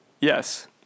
Yes